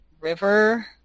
river